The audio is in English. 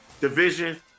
division